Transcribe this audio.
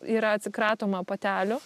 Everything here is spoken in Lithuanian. yra atsikratoma patelių